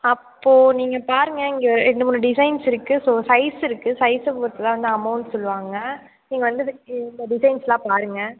அப்போ நீங்கள் பாருங்கள் ரெண்டு மூணு டிசைன்ஸ் இருக்கு ஸோ சைஸ் இருக்கு சைஸ் பொறுத்து தாங்க அமௌன்ட் சொல்லுவாங்க நீங்கள் வந்து இந்த டிசைன்ஸெல்லாம் பாருங்கள்